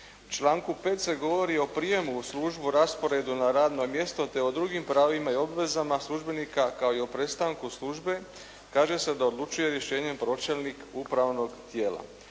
članku 5. se govori o prijemu u službu, rasporedu na radno mjesto te o drugim pravima i obvezama službenika kao i o prestanku službe kaže se da odlučuje rješenjem pročelnik upravnog tijela,